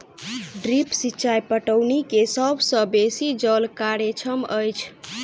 drip सिचाई पटौनी के सभ सॅ बेसी जल कार्यक्षम अछि